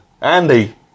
Andy